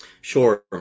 Sure